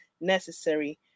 necessary